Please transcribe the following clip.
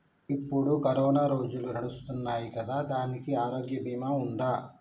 ఇప్పుడు కరోనా రోజులు నడుస్తున్నాయి కదా, దానికి ఆరోగ్య బీమా ఉందా?